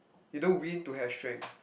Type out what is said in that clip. you don't win to have strength